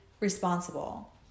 responsible